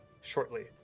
shortly